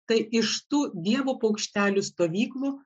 tai iš tų dievo paukštelių stovyklų